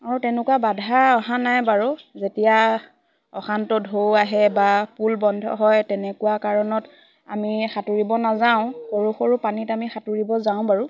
আৰু তেনেকুৱা বাধা অহা নাই বাৰু যেতিয়া অশান্ত ঢৌ আহে বা পুল বন্ধ হয় তেনেকুৱা কাৰণত আমি সাঁতুৰিব নাযাওঁ সৰু সৰু পানীত আমি সাঁতুৰিব যাওঁ বাৰু